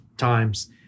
Times